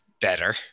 better